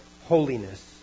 Holiness